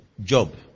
job